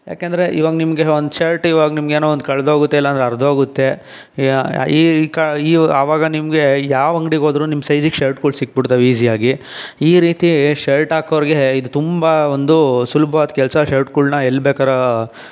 ಯಾಕೆಂದರೆ ಈಗ ನಿಮಗೆ ಒಂದು ಶರ್ಟ್ ಈಗ ನಿಮಗೆ ಏನೋ ಒಂದು ಕಳೆದು ಹೋಗುತ್ತೆ ಇಲ್ಲಾಂದ್ರೆ ಹರಿದು ಹೋಗುತ್ತೆ ಈಗ ಆಗ ನಿಮಗೆ ಯಾವ ಅಂಗಡಿಗೆ ಹೋದರೂ ನಿಮ್ಮ ಸೈಝಿಗೆ ಶರ್ಟ್ಗಳು ಸಿಕ್ಕಿ ಬಿಡ್ತವೆ ಈಜಿಯಾಗಿ ಈ ರೀತಿ ಶರ್ಟ್ ಹಾಕೋರ್ಗೆ ಇದು ತುಂಬ ಒಂದು ಸುಲಭವಾದ ಕೆಲಸ ಶರ್ಟ್ಗಳನ್ನ ಎಲ್ಲಿ ಬೇಕಾದ್ರೂ